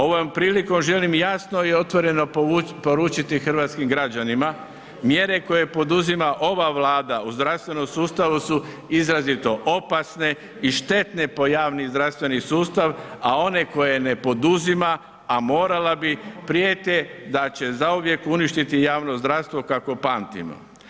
Ovom prilikom želim jasno i otvoreno poručiti hrvatskim građanima mjere koje poduzima ova Vlada u zdravstvenom sustavu su izrazito opasne i štetne po javni zdravstveni sustava a one koje ne poduzima a morala bi prijete da će zauvijek uništiti javno zdravstvo kakvo pamtimo.